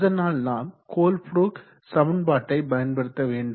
அதனால் நாம் கோல்பாரூக் சமன்பாட்டை பயன்படுத்த வேண்டும்